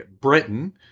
Britain